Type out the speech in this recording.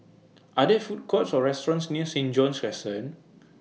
Are There Food Courts Or restaurants near Saint John's Crescent